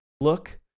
look